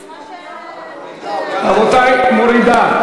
זה מה, רבותי, מורידה.